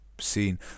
seen